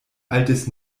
altes